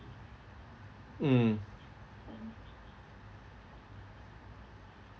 mm